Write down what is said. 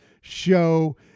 show